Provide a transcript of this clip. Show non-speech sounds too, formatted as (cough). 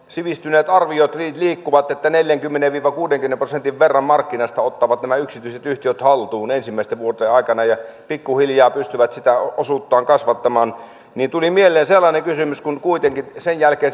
sivistyneet arviot liikkuvat neljässäkymmenessä viiva kuudessakymmenessä prosentissa että sen verran markkinasta ottavat kuitenkin nämä yksityiset yhtiöt haltuun ensimmäisten vuosien aikana ja pikkuhiljaa pystyvät sitä osuuttaan kasvattamaan niin tuli mieleen sellainen kysymys sen jälkeen (unintelligible)